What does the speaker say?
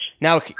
now